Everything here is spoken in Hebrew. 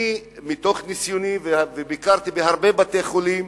מתוך ניסיוני, וביקרתי בהרבה בתי-חולים,